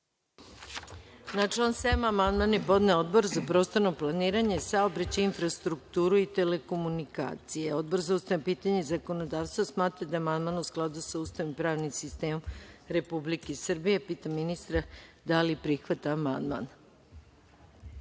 Na član 7. amandman je podneo Odbor za prostorno planiranje, saobraćaj, infrastrukturu i telekomunikacije. Odbor za Ustavna pitanja i zakonodavstvo smatra da je amandman u skladu sa Ustavom i pravnim sistemom Republike Srbije. Pitam ministra da li prihvata ovaj